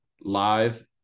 live